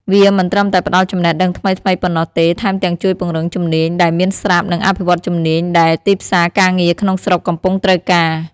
វាមិនត្រឹមតែផ្ដល់ចំណេះដឹងថ្មីៗប៉ុណ្ណោះទេ ថែមទាំងជួយពង្រឹងជំនាញដែលមានស្រាប់ និងអភិវឌ្ឍជំនាញដែលទីផ្សារការងារក្នុងស្រុកកំពុងត្រូវការ។